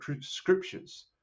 scriptures